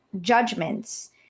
judgments